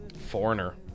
Foreigner